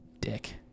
Dick